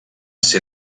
ser